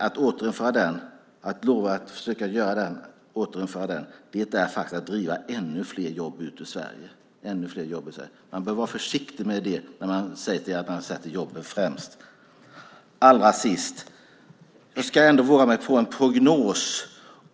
Att lova att återinföra den är att driva ännu fler jobb ut ur Sverige. Man bör vara försiktig med det när man säger att man sätter jobben främst. Jag ska våga mig på en prognos.